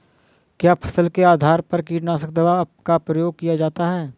क्या फसल के आधार पर कीटनाशक दवा का प्रयोग किया जाता है?